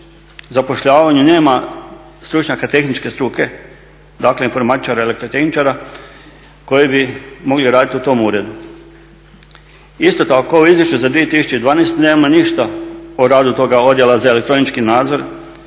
zapošljavanju nema stručnjaka tehničke struke, dakle informatičara, elektrotehničara koji bi mogli raditi u tom uredu. Isto tako u izvješću za 2012. nemamo ništa o radu toga odjela za elektronički nadzor,